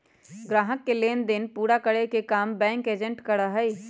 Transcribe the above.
ग्राहकों के लेन देन पूरा करे के काम बैंक एजेंट करा हई